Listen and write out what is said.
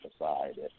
aside